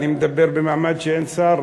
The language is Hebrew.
אני מדבר במעמד שאין שר,